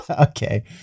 Okay